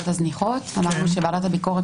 אמרנו שוועדת הביקורת,